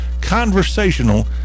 conversational